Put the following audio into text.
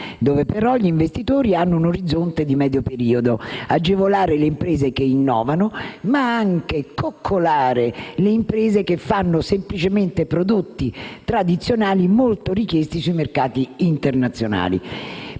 dove però gli investitori hanno un orizzonte di medio periodo; agevolare le imprese che innovano, ma anche coccolare le imprese che realizzano semplicemente prodotti tradizionali, molto richiesti sui mercati internazionali.